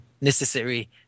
necessary